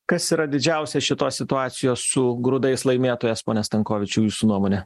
kas yra didžiausia šitos situacijos su grūdais laimėtojas pone stankovičiau jūsų nuomone